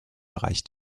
bereich